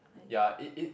ya it it